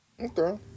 Okay